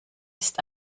ist